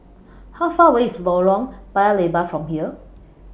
How Far away IS Lorong Paya Lebar from here